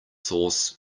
sauce